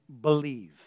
believe